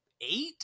eight